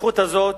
הזכות הזאת